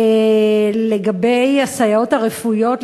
לגבי הסייעות הרפואיות,